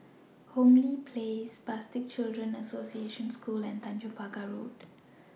Hong Lee Place Spastic Children's Association School and Tanjong Pagar Road